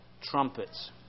Trumpets